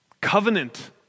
Covenant